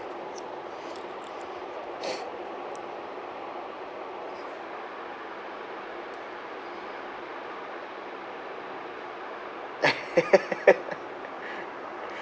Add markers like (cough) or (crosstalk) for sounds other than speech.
(breath) (laughs)